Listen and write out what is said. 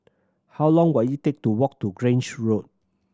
how long will it take to walk to Grange Road